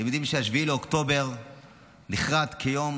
אתם יודעים ש-7 באוקטובר נחרת כיום